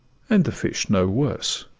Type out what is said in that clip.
and the fish no worse.